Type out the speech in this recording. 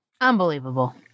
Unbelievable